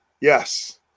yes